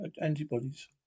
antibodies